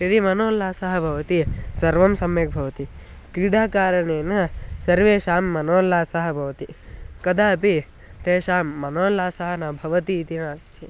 यदि मनोल्लासः भवति सर्वं सम्यक् भवति क्रीडाकारणेन सर्वेषां मनोल्लासः भवति कदापि तेषां मनोल्लासः न भवति इति नास्ति